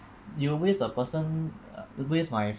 you waste a person uh waste my